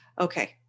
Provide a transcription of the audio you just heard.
Okay